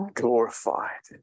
glorified